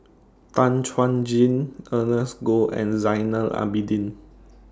Tan Chuan Jin Ernest Goh and Zainal Abidin